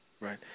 Right